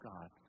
God